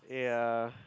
ya